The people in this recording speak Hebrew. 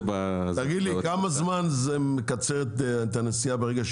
בכמה זמן זה מקצר את הנסיעה?